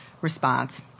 response